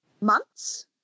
months